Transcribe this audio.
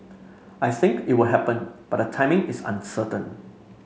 I think it will happen but the timing is uncertain